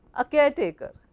a caretaker!